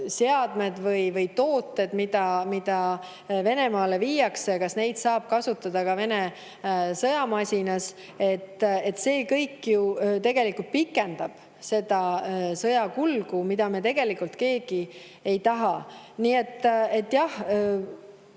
seadmeid või tooteid, mida Venemaale viiakse, saab kasutada ka Vene sõjamasinas. See kõik ju pikendab sõja kulgu, mida me tegelikult keegi ei taha. Nii et jah,